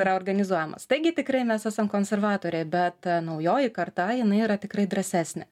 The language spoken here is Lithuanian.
yra organizuojamas taigi tikrai mes esam konservatoriai bet naujoji karta jinai yra tikrai drąsesnė